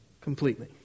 completely